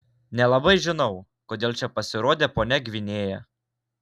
nelabai žinau kodėl čia pasirodė ponia gvinėja